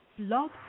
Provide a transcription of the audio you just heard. Love